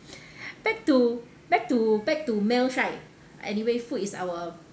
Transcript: back to back to back to meals right anyway food is our